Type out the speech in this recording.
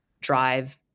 drive